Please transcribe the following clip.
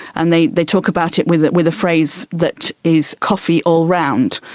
and they they talk about it with it with a phrase that is coffee all round.